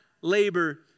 labor